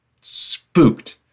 spooked